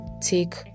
take